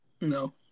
No